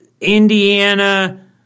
Indiana